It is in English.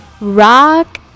rock